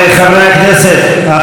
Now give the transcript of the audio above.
עמר בר-לב (המחנה הציוני): מדברים על עשר שנים.